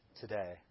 Today